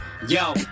Yo